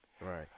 Right